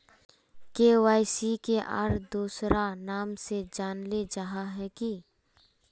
KYC के आर दोसरा नाम से जानले जाहा है की?